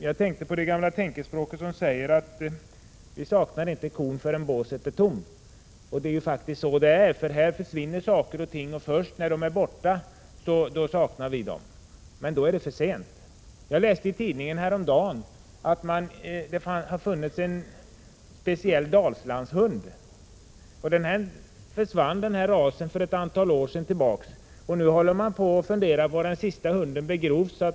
Jag tänkte på det gamla uttrycket: Man saknar inte kon, förrän båset är tomt. Det är så det är. Saker och ting försvinner, och först när de är borta saknar vi dem. Men då är det för sent. Jag läste i tidningen häromdagen att det har funnits en speciell Dalslandshund. Den rasen försvann för ett antal år sedan. Nu funderar man över var den sista hunden begravdes.